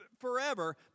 forever